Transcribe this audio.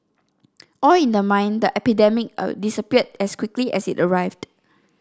all in the mind the epidemic disappeared as quickly as it arrived